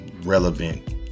relevant